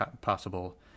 possible